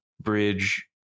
bridge